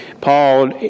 Paul